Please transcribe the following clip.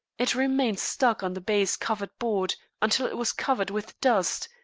it remained stuck on the baize-covered board until it was covered with dust,